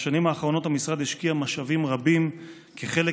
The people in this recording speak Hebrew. בשנים האחרונות המשרד השקיע משאבים רבים כחלק